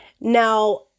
Now